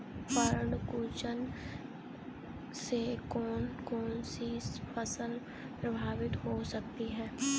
पर्ण कुंचन से कौन कौन सी फसल प्रभावित हो सकती है?